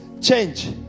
change